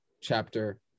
chapter